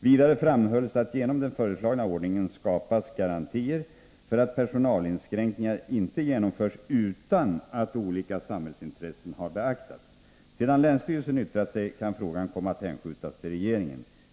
Vidare framhölls att genom den föreslagna ordningen skapas garantier för att personalinskränkningar inte genomförs utan att olika samhällsintressen har beaktats. Sedan länsstyrelsen yttrat sig kan frågan komma att hänskjutas till regeringen.